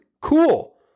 cool